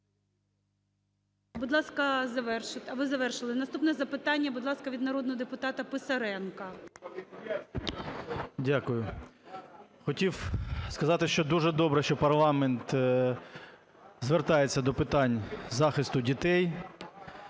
Дякую. Хотів сказати, що дуже добре, що парламент звертається до питань захисту дітей.